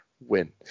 win